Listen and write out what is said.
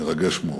זה מרגש מאוד.